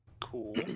Cool